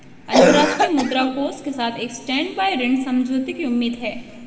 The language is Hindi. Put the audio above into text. अंतर्राष्ट्रीय मुद्रा कोष के साथ एक स्टैंडबाय ऋण समझौते की उम्मीद है